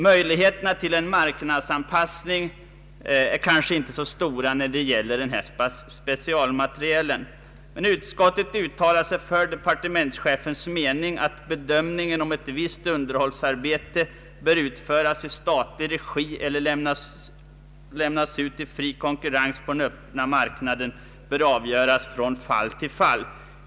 Möjligheterna till en marknadsanpassning är kanske inte så stora när det gäller den här specialmaterielen, men utskottet uttalar sig för departementschefens mening att be dömningen om ett visst underhållsarbete bör utföras i statlig regi eller lämnas ut till fri konkurrens på den öppna marknaden bör avgöras från fall till fall.